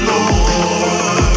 Lord